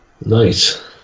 nice